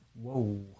Whoa